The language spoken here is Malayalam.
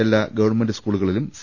എല്ലാ ഗവൺമെന്റ് സ്കൂളുകളിലും സി